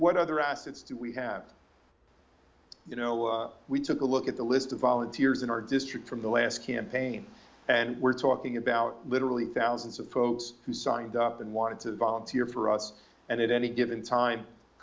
what other assets do we have you know we took a look at the list of volunteers in our district from the last campaign and we're talking about literally thousands of folks who signed up and wanted to volunteer for us and at any given time a